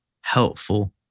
helpful